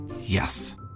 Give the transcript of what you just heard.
Yes